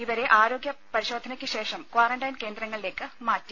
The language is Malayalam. ഇവരെ ആരോഗ്യ പരിശോധനക്കുശേഷം ക്വാറന്റൈൻ കേന്ദ്രങ്ങളിലേക്ക് മാറ്റി